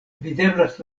videblas